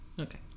okay